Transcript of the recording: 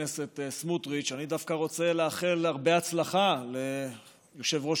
אני דווקא רוצה לאחל הרבה הצלחה ליושב-ראש